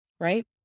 right